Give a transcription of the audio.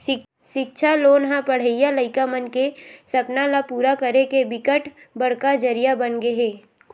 सिक्छा लोन ह पड़हइया लइका मन के सपना ल पूरा करे के बिकट बड़का जरिया बनगे हे